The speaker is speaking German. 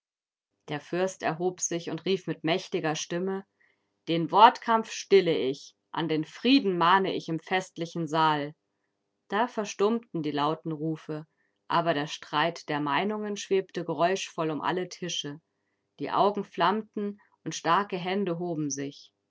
der fürst erhob sich und rief mit mächtiger stimme den wortkampf stille ich an den frieden mahne ich im festlichen saal da verstummten die lauten rufe aber der streit der meinungen schwebte geräuschvoll um alle tische die augen flammten und starke hände hoben sich